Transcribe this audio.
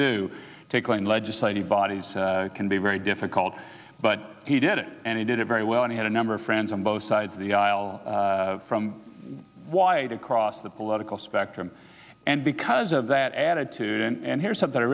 claim legislative bodies can be very difficult but he did it and he did it very well and he had a number of friends on both sides of the aisle from wide across the political spectrum and because of that attitude and here's something i